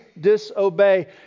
disobey